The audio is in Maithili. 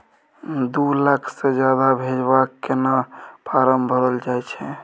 दू लाख से ज्यादा भेजबाक केना फारम भरल जाए छै?